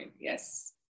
yes